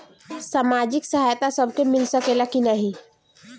सामाजिक सहायता सबके मिल सकेला की नाहीं?